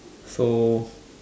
so